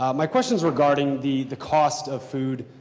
um my question is regarding the the cost of food.